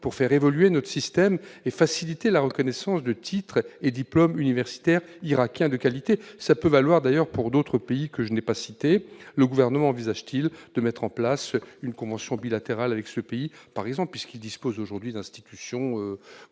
de faire évoluer notre système et de faciliter la reconnaissance des titres et diplômes universitaires irakiens de qualité. Cet enjeu vaut d'ailleurs pour d'autres États que je n'ai pas cités. Le Gouvernement envisage-t-il d'instaurer une convention bilatérale avec ce pays, qui dispose aujourd'hui d'institutions